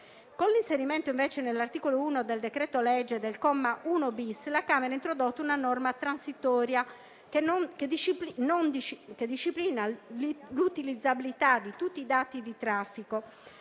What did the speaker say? Con l'inserimento, invece, nell'articolo 1 del decreto-legge del comma 1*-bis*, la Camera ha introdotto una norma transitoria, che disciplina l'utilizzabilità di tutti i dati di traffico: